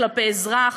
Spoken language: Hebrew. כלפי אזרח,